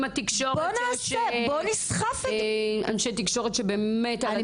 --- עם אנשי תקשורת על הדבר הזה.